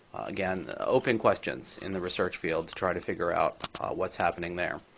again, open questions in the research fields to try to figure out what's happening there.